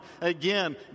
Again